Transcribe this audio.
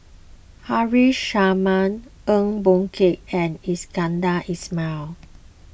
Haresh Sharma Eng Boh Kee and Iskandar Ismail